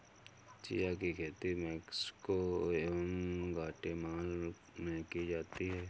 chia की खेती Mexico एवं ग्वाटेमाला में की जाती है